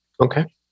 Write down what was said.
Okay